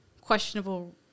questionable